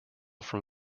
from